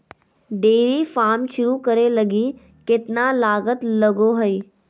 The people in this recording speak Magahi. डेयरी फार्म शुरू करे लगी केतना लागत लगो हइ